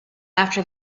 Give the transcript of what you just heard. after